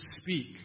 speak